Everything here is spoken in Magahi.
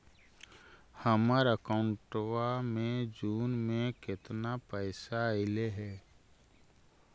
हमर अकाउँटवा मे जून में केतना पैसा अईले हे?